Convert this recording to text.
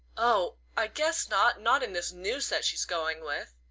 oh, i guess not not in this new set she's going with!